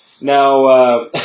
Now